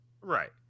Right